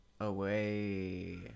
away